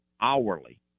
hourly